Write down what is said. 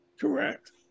Correct